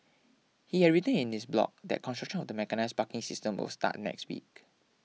he had written in his blog that construction of the mechanised parking system will start next week